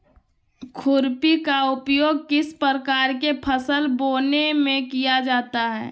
खुरपी का उपयोग किस प्रकार के फसल बोने में किया जाता है?